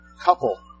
couple